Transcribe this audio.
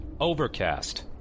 Overcast